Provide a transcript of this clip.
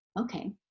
Okay